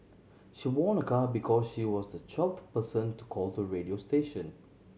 she won a car because she was the twelfth person to call the radio station